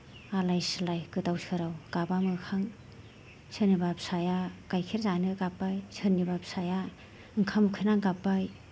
आलाय सिलाय गोदाव सोराव गाबा मोखां सोरनिबा फिसाया गाइखेर जानो गाब्बाय सोरनिबा फिसाया ओंखाम उखैनानै गाब्बाय